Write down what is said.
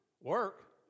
Work